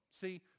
See